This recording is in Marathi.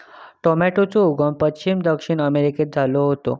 टॉमेटोचो उगम पश्चिम दक्षिण अमेरिकेत झालो होतो